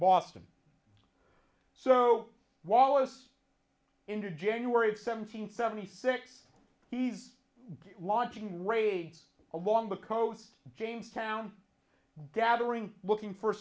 boston so wallace into january seventeenth seventy six he's launching raids along the coast jamestown gathering looking for